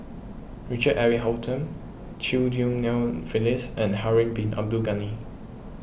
Richard Eric Holttum Chew Ghim Lian Phyllis and Harun Bin Abdul Ghani